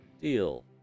Deal